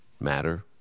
matter